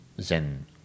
Zen